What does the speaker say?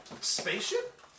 spaceship